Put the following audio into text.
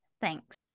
Thanks